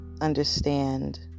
understand